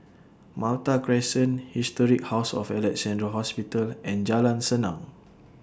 Malta Crescent Historic House of Alexandra Hospital and Jalan Senang